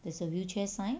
there's a wheelchair sign